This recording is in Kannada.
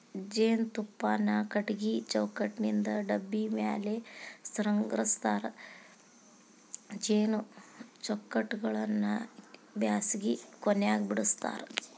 ಜೇನುತುಪ್ಪಾನ ಕಟಗಿ ಚೌಕಟ್ಟನಿಂತ ಡಬ್ಬಿ ಮ್ಯಾಲೆ ಸಂಗ್ರಹಸ್ತಾರ ಜೇನು ಚೌಕಟ್ಟಗಳನ್ನ ಬ್ಯಾಸಗಿ ಕೊನೆಗ ಬಿಡಸ್ತಾರ